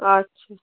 আচ্ছা